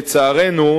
לצערנו,